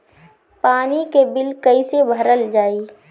पानी के बिल कैसे भरल जाइ?